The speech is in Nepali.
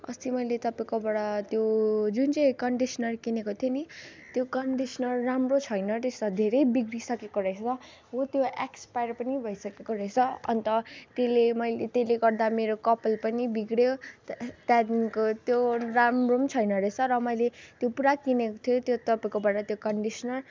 अस्ति मैले तपाईँकोबाट त्यो जुन चाहिँ कन्डिसनर किनेको थिएँ नि त्यो कन्डिसनर राम्रो छैन रहेछ धेरै बिग्रिसकेको रहेछ र त्यो एक्सपाइर पनि भइसकेको रहेछ अन्त त्यसले मैले त्यसले गर्दा मेरो कपाल पनि बिग्रियो त्यहाँदेखिको त्यो राम्रो पनि छैन रहेछ र मैले त्यो पुरा किनेको थिएँ त्यो तपाईँकोबाट त्यो कन्डिसनर